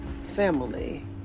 family